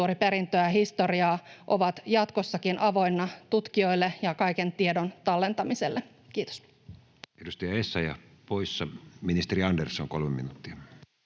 kulttuuriperintöä ja historiaa, ovat jatkossakin avoinna tutkijoille ja kaiken tiedon tallentamiselle. — Kiitos. Edustaja Essayah poissa. — Ministeri Andersson, kolme minuuttia.